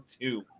two